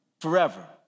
forever